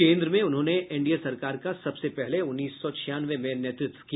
केन्द्र में उन्होंने एनडीए सरकार का सबसे पहले उन्नीस सौ छियानवे में नेतृत्व किया